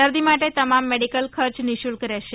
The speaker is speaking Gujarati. દર્દી માટે તમામ મેડીકલ ખર્ચ નિઃશુલ્ક રહેશે